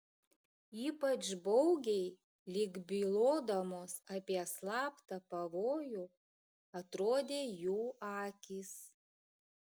ypač baugiai lyg bylodamos apie slaptą pavojų atrodė jų akys